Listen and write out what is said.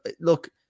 Look